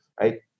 right